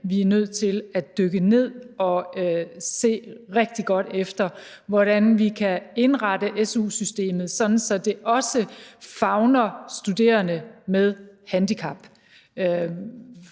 vi er nødt til at dykke ned og se rigtig godt efter, i forhold til hvordan vi kan indrette su-systemet, sådan at det også favner studerende med handicap.